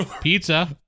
pizza